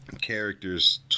characters